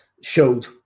showed